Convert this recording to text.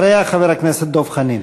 ואחריה, חבר הכנסת דב חנין.